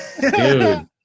dude